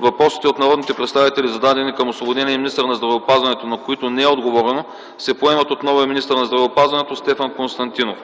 въпросите от народните представители, зададени към освободения министър на здравеопазването, на които не е отговорено, се поемат от новия министър на здравеопазването Стефан Константинов.